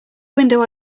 window